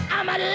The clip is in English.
I'ma